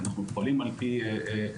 אנחנו פועלים על פי התקנות